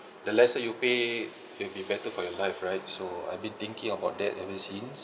the lesser you pay will be better for your life right so I've been thinking about that ever since